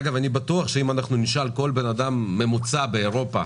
אגב, אני בטוח שאם נשאל כל אדם ממוצע באירופה